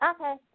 Okay